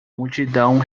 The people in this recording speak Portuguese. multidão